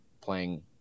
playing